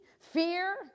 fear